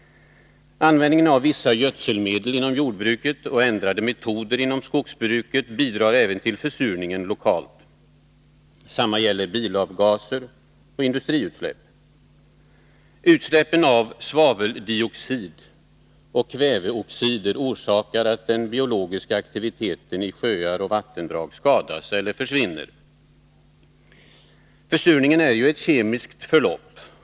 Användningen av vissa gödselmedel inom jordbruket och ändrade metoder inom skogsbruket bidrar även till försurningen lokalt. Samma gäller bilavgaser och industriutsläpp. Utsläppen av svaveldioxid och kväveoxider orsakar att den biologiska aktiviteten i sjöar och vattendrag skadas eller försvinner. Försurningen är ju ett kemiskt förlopp.